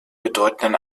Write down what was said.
bedeutenden